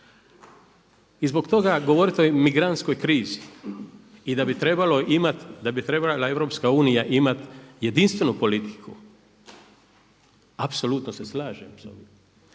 I zbog toga govoriti o migrantskoj krizi i da bi trebala EU imat jedinstvenu politiku apsolutno se slažem s